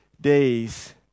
days